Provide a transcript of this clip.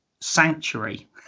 sanctuary